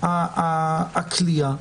הכליאה,